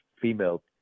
female